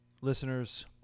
listeners